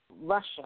Russia